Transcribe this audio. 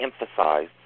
emphasize